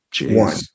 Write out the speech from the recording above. one